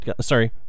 sorry